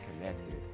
connected